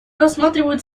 рассматривают